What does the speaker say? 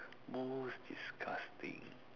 most disgusting